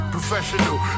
Professional